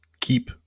keep